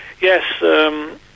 yes